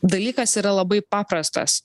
dalykas yra labai paprastas